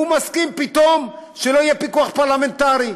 הוא מסכים פתאום שלא יהיה פיקוח פרלמנטרי.